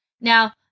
Now